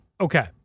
Okay